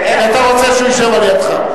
אתה רוצה שהוא ישב על-ידך.